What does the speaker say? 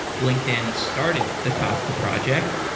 linkedin started the kafka project.